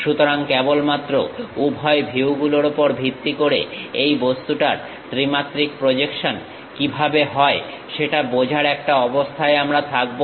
সুতরাং কেবলমাত্র উভয় ভিউগুলোর উপর ভিত্তি করে এই বস্তুটার ত্রিমাত্রিক প্রজেকশন কিভাবে হয় সেটা বোঝার একটা অবস্থায় আমরা থাকবো